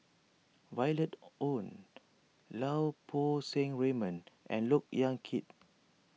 Violet Oon Lau Poo Seng Raymond and Look Yan Kit